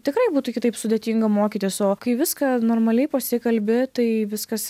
tikrai būtų kitaip sudėtinga mokytis o kai viską normaliai pasikalbi tai viskas